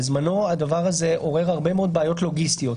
בזמנו הדבר הזה עורר הרבה מאוד בעיות לוגיסטיות,